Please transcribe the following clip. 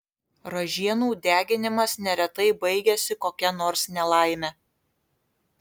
ražienų deginimas neretai baigiasi kokia nors nelaime